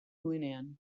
nuenean